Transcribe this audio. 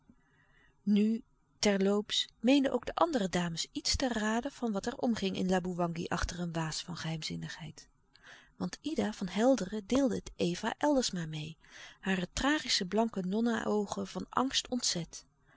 ter loops meenden ook de andere dames iets te raden van wat er omging in laboewangi achter een waas van geheimzinnigheid want ida van helderen deelde het eva eldersma meê hare tragische blanke nonna oogen van angst ontzet